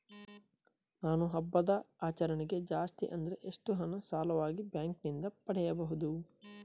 ನಾವು ಹಬ್ಬದ ಆಚರಣೆಗೆ ಜಾಸ್ತಿ ಅಂದ್ರೆ ಎಷ್ಟು ಹಣ ಸಾಲವಾಗಿ ಬ್ಯಾಂಕ್ ನಿಂದ ಪಡೆಯಬಹುದು?